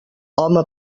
home